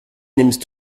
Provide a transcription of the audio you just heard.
nimmst